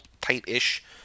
tight-ish